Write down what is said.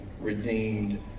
redeemed